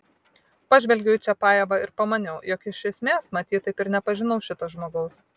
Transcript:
pažvelgiau į čiapajevą ir pamaniau jog iš esmės matyt taip ir nepažinau šito žmogaus